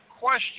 question